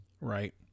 Right